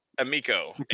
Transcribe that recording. Amico